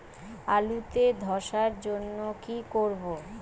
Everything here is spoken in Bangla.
আলুতে ধসার জন্য কি করব?